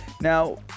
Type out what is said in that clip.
Now